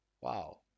wow